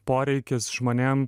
poreikis žmonėm